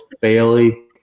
Bailey